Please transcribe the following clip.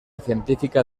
científica